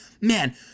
Man